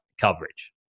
coverage